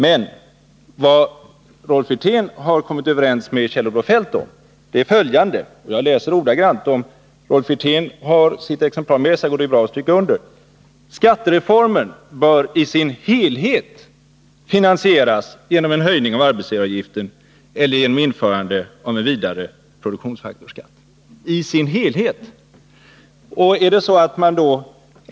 Men vad Rolf Wirtén har kommit överens med Kjell-Olof Feldt om är följande. Jag läser ordagrant, och om Rolf Wirtén har med sig sitt exemplar av papperet kan han ju stryka under: ”Skattereformen bör i sin helhet finansieras genom en höjning av arbetsgivaravgiften eller genom införande av en vidare produktionsfaktorskatt.” I sin helhet alltså.